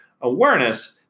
awareness